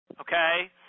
okay